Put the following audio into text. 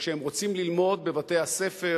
שכשהם רוצים ללמוד בבתי-הספר